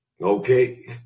Okay